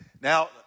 Now